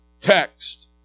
text